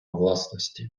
власності